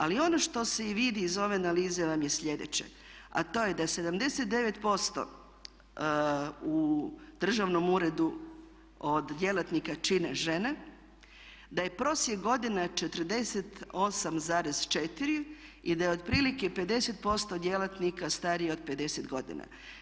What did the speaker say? Ali i ono što se vidi iz ove analize vam je sljedeće a to je da 79% u državnom uredu od djelatnika čine žene, da je prosjek godina 48,4 i da je otprilike 50% djelatnika starije od 50 godina.